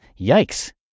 Yikes